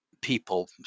people